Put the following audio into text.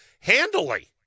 handily